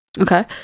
okay